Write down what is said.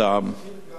תזכיר גם,